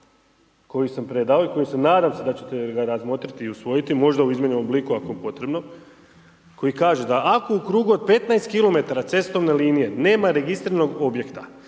koji sam predao i nadam se da ćete ga razmotriti i usvojiti možda u izmijenjenom obliku ako je potrebno koji kaže da ako u krugu od 15 kilometara cestovne linije nema registriranog objekta